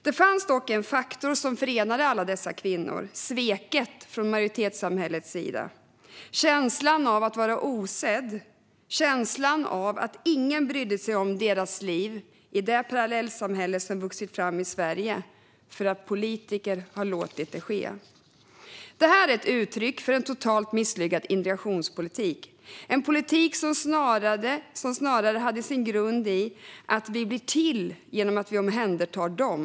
Det fanns dock en faktor som förenade alla dessa kvinnor: sveket från majoritetssamhällets sida - känslan av att vara osedd och av att ingen brydde sig om deras liv i det parallellsamhälle som vuxit fram i Sverige för att politiker låtit det ske. Detta är ett uttryck för en totalt misslyckad integrationspolitik - en politik som snarare haft sin grund i att vi blir till genom att vi omhändertar dem.